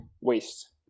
waste